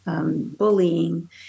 Bullying